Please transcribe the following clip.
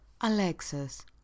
Alexis